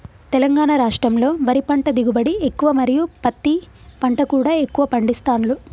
తెలంగాణ రాష్టంలో వరి పంట దిగుబడి ఎక్కువ మరియు పత్తి పంట కూడా ఎక్కువ పండిస్తాండ్లు